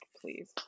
please